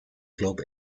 club